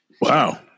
Wow